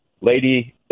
lady